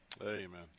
Amen